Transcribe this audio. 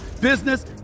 business